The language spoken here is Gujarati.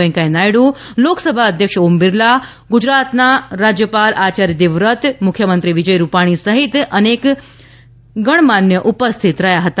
વૈકેયા નાયડુ લોકસભા અધ્યક્ષ ઓમ બિરલા ગુજરાતનાં આચાર્ય દેવવ્રત મુખ્યમંત્રી વિજય રૂપાણી સહિત ગણરાજ્ય ઉપસ્થિત રહ્યા હતા